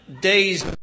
days